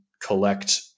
collect